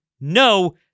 no